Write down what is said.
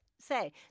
say